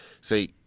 say